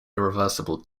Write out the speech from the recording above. irreversible